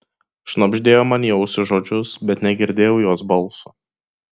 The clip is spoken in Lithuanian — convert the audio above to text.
šnabždėjo man į ausį žodžius bet negirdėjau jos balso